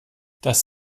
das